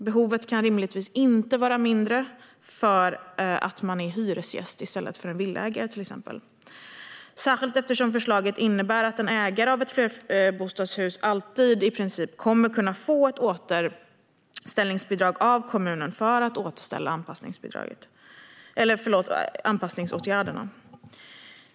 Behovet kan rimligtvis inte vara mindre för en hyresgäst än till exempel en villaägare. Förslaget innebär att en ägare av ett flerbostadshus i princip alltid kommer att kunna få ett återställningsbidrag av kommunen för att återställa anpassningsåtgärderna.